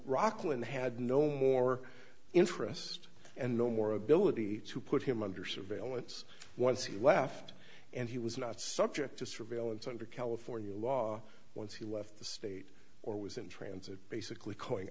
rockland had no more interest and no more ability to put him under surveillance once he left and he was not subject to surveillance under california law once he left the state or was in transit basically